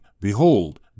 Behold